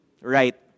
right